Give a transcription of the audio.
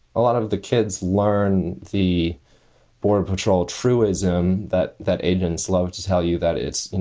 a lot of the kids learn. the border patrol truism that that agents love to tell you that it's you know,